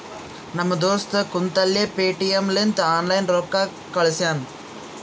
ನಮ್ ದೋಸ್ತ ಕುಂತಲ್ಲೇ ಪೇಟಿಎಂ ಲಿಂತ ಆನ್ಲೈನ್ ರೊಕ್ಕಾ ಕಳ್ಶ್ಯಾನ